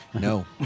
No